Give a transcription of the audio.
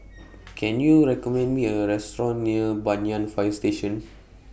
Can YOU recommend Me A Restaurant near Banyan Fire Station